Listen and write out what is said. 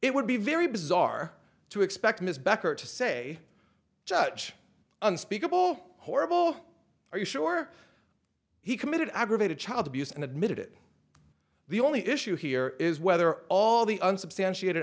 it would be very bizarre to expect ms becker to say judge unspeakable horrible are you sure he committed aggravated child abuse and admitted it the only issue here is whether all the unsubstantiated